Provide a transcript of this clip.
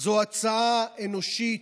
זו הצעה אנושית,